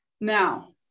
Now